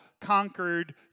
conquered